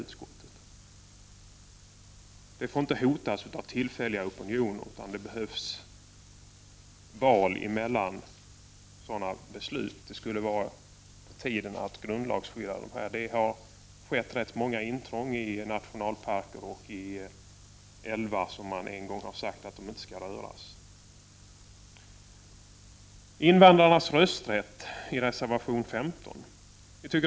Detta är områden som inte får hotas av tillfälliga opinioner, utan det behövs beslut med val emellan i frågor av den här typen. Det är på tiden att vi får ett grundlagsskydd på dessa områden. Det har skett rätt många intrång i fråga om nationalparker och älvar som man en gång har sagt inte skall röras. Reservation 15 tar upp frågan om invandrarnas rösträtt.